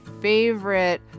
favorite